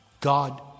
God